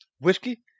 whiskey